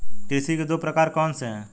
कृषि के दो प्रकार कौन से हैं?